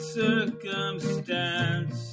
circumstance